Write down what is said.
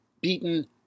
beaten